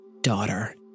daughter